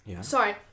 sorry